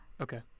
Okay